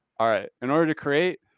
all right? in order to create,